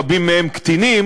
רבים מהם קטינים,